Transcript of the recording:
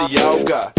yoga